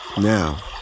now